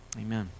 Amen